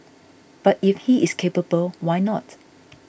but if he is capable why not